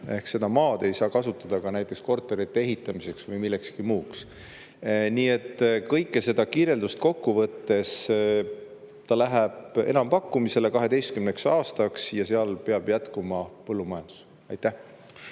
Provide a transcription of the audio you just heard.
Ehk seda maad ei saa kasutada näiteks korterite ehitamiseks või millekski muuks. Nii et seda kirjeldust kokku võttes: see läheb enampakkumisele [kasutamiseks] 12 aastaks ja seal peab jätkuma põllumajandus[tegevus].